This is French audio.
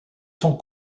sont